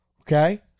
Okay